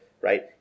right